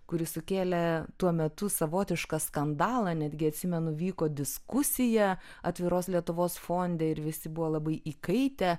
kuri sukėlė tuo metu savotišką skandalą netgi atsimenu vyko diskusija atviros lietuvos fonde ir visi buvo labai įkaitę